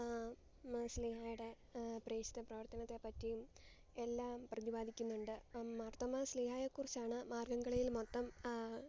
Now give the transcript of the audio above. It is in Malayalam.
തോമാശ്ലീഹായുടെ പരിശുദ്ധ പ്രവർത്തനത്തെപ്പറ്റിയും എല്ലാം പ്രതിപാദിക്കുന്നുണ്ട് മാർത്തോമാ ശ്ലീഹായെക്കുറിച്ചാണ് മാർഗ്ഗംകളിയിൽ മൊത്തം